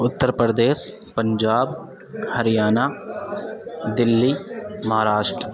Uttar Pradesh Punjab Haryana Delhi Maharashtra